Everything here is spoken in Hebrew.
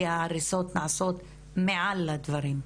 כי ההריסות נעשות מעל הדברים.